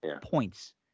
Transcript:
Points